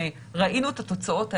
וכשראינו את התוצאות האלה,